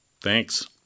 Thanks